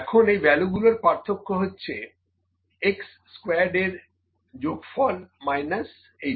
এখন এই ভ্যালুগুলোর পার্থক্য হচ্ছে x স্কোয়ার্ড এর যোগফল মাইনাস এইটা